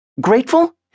Grateful